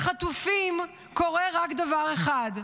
לחטופים קורה רק דבר אחד,